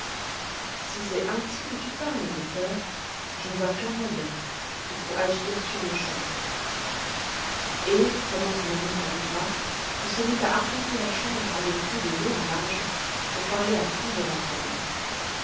si c'est ainsi que tu parles docteur je ne vois qu'un moyen il faut agir sur-le-champ et prenant son ami par le bras il se mit à arpenter la chambre avec lui de long en large pour parler à fond de l'affaire